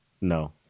No